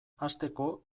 hasteko